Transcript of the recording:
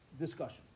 discussion